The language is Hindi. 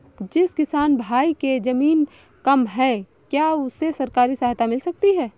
जिस किसान भाई के ज़मीन कम है क्या उसे सरकारी सहायता मिल सकती है?